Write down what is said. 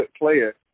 player